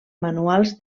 manuals